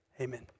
Amen